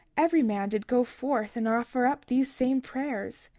every man did go forth and offer up these same prayers.